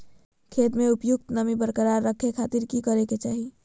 खेत में उपयुक्त नमी बरकरार रखे खातिर की करे के चाही?